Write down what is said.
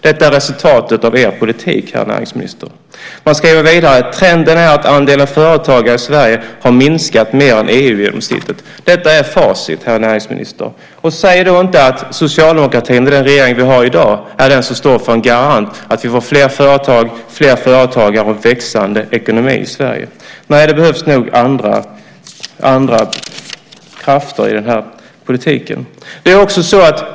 Detta är resultatet av er politik, herr näringsminister. Man skriver vidare: "Trenden är att andelen företagare i Sverige har minskat mer än EU-genomsnittet." Detta är facit, herr näringsminister. Säg då inte att den socialdemokratiska regering vi har i dag är den som står som garant för att vi får fler företag, fler företagare och växande ekonomi i Sverige! Nej, det behövs nog andra krafter i den här politiken.